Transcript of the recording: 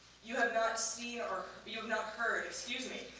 you have not seen or you have not heard, excuse me,